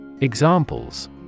Examples